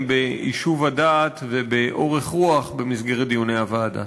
ביישוב הדעת ובאורך-רוח במסגרת דיוני הוועדה.